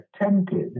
attempted